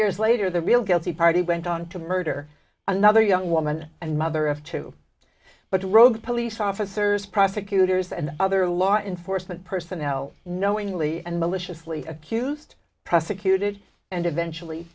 years later the real guilty party went on to murder another young woman and mother of two but rogue police officers prosecutors and other law enforcement personnel knowingly and maliciously accused prosecuted and eventually